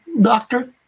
Doctor